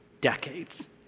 decades